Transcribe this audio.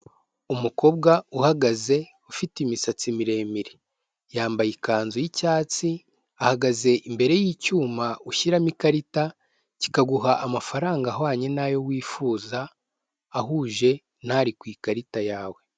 Umukobwa uhagaze ufite imisatsi miremire, yambaye ikanzu y'icyatsi ahagaze imbere y'icyuma ushyiramo ikarita kikaguha amafaranga ahwanye nayo wifuza ahuje n'ari ku ikarita yawe.